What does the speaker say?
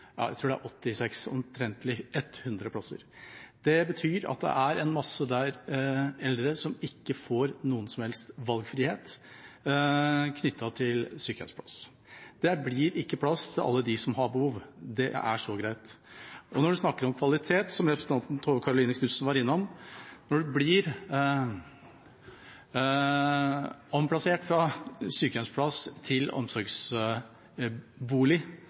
tror jeg – omtrentlig 100 plasser. Det betyr at det der er en masse eldre som ikke får noen som helst valgfrihet knyttet til sykehjemsplass. Det blir ikke plass til alle de som har behov, så greit er det. Når man snakker om kvalitet, som representanten Tove Karoline Knutsen var innom: Når man blir omplassert fra sykehjemsplass til omsorgsbolig